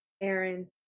aaron